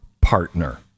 partner